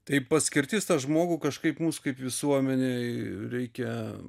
tai paskirtis tą žmogų kažkaip mums kaip visuomenei reikia